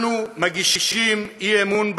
אנחנו מגישים אי-אמון בממשלה,